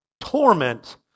torment